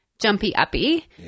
jumpy-uppy